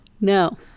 No